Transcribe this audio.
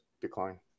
decline